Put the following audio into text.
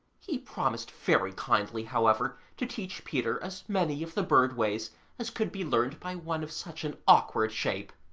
he promised very kindly, however, to teach peter as many of the bird ways as could be learned by one of such an awkward shape.